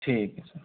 ठीक है सर